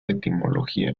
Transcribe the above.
etimología